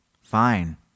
Fine